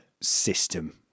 system